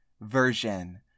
version